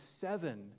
seven